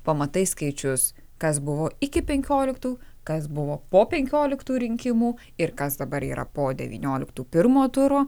pamatai skaičius kas buvo iki penkioliktų kas buvo po penkioliktų rinkimų ir kas dabar yra po devynioliktų pirmo turo